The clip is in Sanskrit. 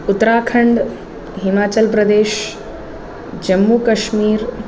उत्तराखण्ड् हिमाचल्प्रदेश् जम्मुकश्मीर्